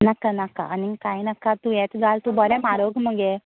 नाका नाका आनीग काय नाका तूं हेच घाल बरें म्हारग मगे